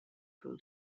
pool